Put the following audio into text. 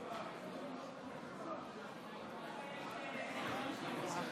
חובת יידוע נפגעי עבירה בדבר זכויותיהם),